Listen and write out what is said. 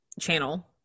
channel